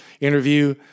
interview